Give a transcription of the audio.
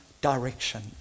direction